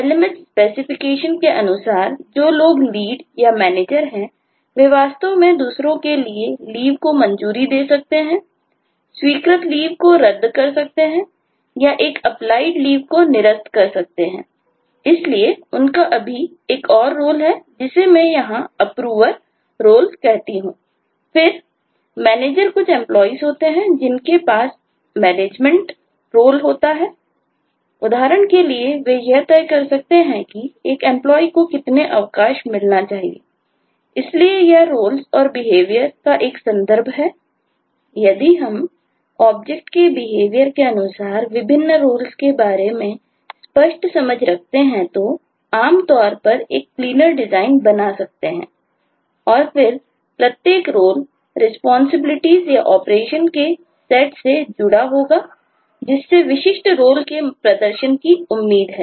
LMS specification के प्रदर्शन की उम्मीद है